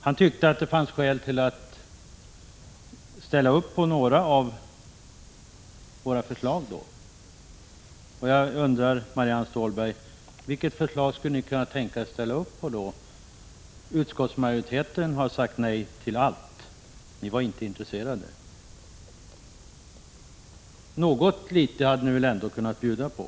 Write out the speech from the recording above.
Han tyckte att det fanns skäl att ställa sig bakom några av våra förslag. Vilket förslag skulle ni då kunna tänka er att ställa er bakom, Marianne Stålberg? Utskottsmajoriteten har sagt nej till allt; ni var inte intresserade. Något litet hade ni väl ändå kunnat bjuda på.